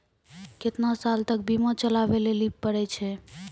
केतना साल तक बीमा चलाबै लेली पड़ै छै?